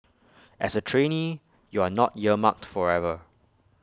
as A trainee you are not earmarked forever